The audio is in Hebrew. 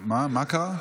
מה קרה?